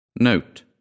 Note